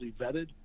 vetted